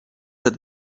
set